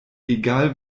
egal